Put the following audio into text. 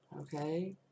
Okay